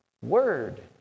word